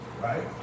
Right